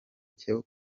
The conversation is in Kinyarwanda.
cyo